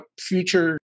future